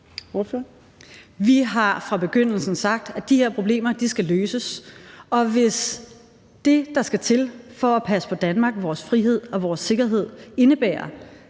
Vi har fra begyndelsen sagt, at de her problemer skal løses, og hvis det, der skal til for at passe på Danmark og vores frihed og vores sikkerhed, indebærer,